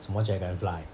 什么 dragonfly